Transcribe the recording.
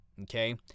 okay